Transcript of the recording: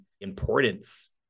importance